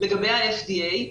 לגבי ה-FDA.